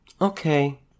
Okay